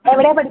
എവിടെയാണ്